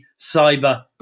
cyber